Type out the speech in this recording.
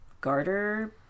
garter